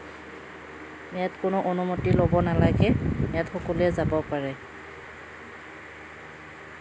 ইয়াত কোনো অনুমতি ল'ব নালাগে ইয়াত সকলোৱে যাব পাৰে